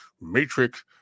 matrix